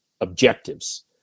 objectives